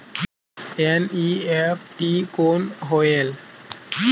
NEFT कौन होएल?